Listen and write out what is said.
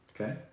Okay